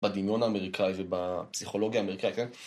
בדמיון האמריקאי ובפסיכולוגיה האמריקאית, כן?